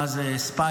מה זה SpaceX?